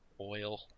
Oil